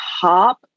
top